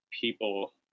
people